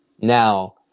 Now